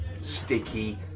sticky